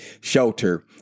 shelter